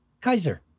Kaiser